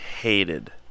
hated